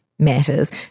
matters